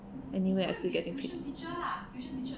anywhere as you getting paid